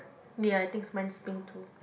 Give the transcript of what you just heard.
ya I thinks mine is being too